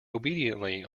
obediently